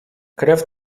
krew